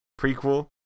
prequel